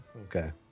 Okay